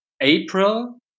April